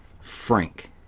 Frank